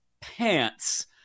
Pants